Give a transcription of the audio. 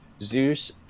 zeus